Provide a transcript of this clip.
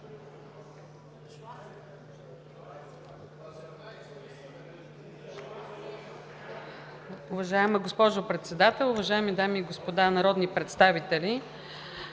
Уважаема госпожо Председател, уважаеми дами и господа народни представители!